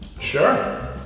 Sure